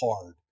hard